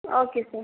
okay sir